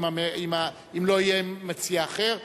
אם לא יהיה מציע אחר.